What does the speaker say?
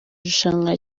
irushanwa